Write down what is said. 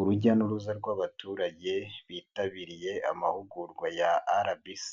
Urujya n'uruza rw'abaturage bitabiriye amahugurwa ya RBC,